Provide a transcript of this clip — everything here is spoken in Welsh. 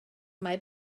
mae